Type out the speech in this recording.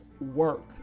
work